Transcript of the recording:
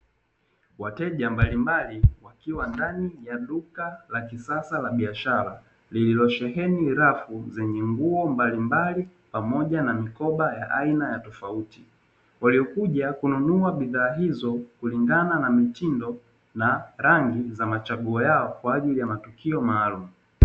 Wateja mbalimbali wakiwa ndani ya duka la kisasa la biashara lililo sheheni rafu zenye nguo mbalimbali pamoja na mikoba ya aina ya tofauti, waliokuja kununua bidhaa hizo kulingana na mtindo na rangi za machaguo yao kwa ajili ya matukio maalumu.